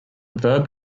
verb